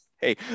hey